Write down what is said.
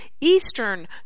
Eastern